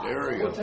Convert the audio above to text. area